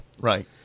Right